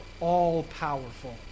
all-powerful